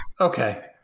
Okay